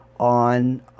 on